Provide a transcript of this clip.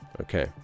okay